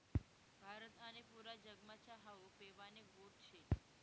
भारत आणि पुरा जगमा च्या हावू पेवानी गोट शे